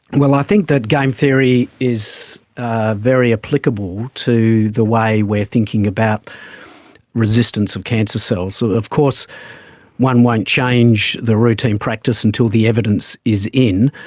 well, i think that game theory is very applicable to the way we are thinking about resistance of cancer cells. so of course one won't change the routine practice until the evidence is in,